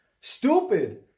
Stupid